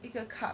一个 carb